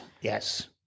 yes